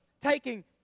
taking